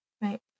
Right